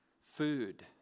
food